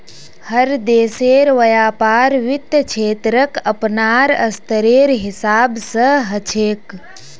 हर देशेर व्यापार वित्त क्षेत्रक अपनार स्तरेर हिसाब स ह छेक